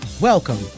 Welcome